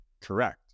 correct